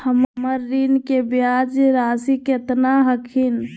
हमर ऋण के ब्याज रासी केतना हखिन?